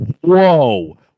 whoa